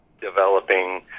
developing